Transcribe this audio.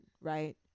right